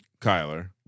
Kyler